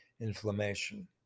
inflammation